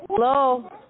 Hello